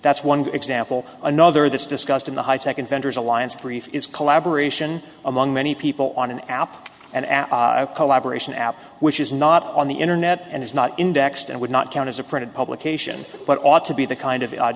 that's one good example another this discussed in the high tech inventors alliance grief is collaboration among many people on an app and app collaboration app which is not on the internet and is not indexed and would not count as a printed publication but ought to be the kind of